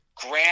grab